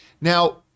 Now